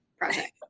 project